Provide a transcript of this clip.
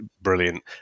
brilliant